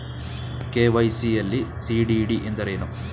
KYC ಯಲ್ಲಿ CDD ಎಂದರೇನು?